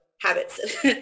habits